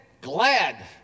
glad